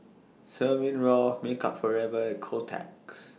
Smirnoff Makeup Forever and Kotex